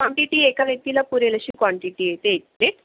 quantity एका व्यक्तीला पुरेल अशी काँटिटी येते इथे